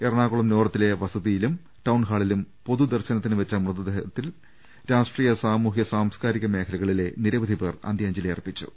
എറണാകുളം നോർത്തിലെ വസതിയിലും ടൌൺഹാളിലും പൊതുദർശനത്തിനുവെച്ച മൃതദേഹത്തിൽ രാഷ്ട്രീയ സാമൂഹിക സാംസ്കാരിക മേഖലകളിലെ നിരവധിപേർ അന്ത്യാഞ്ജലിയർപ്പിച്ചു